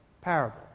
parable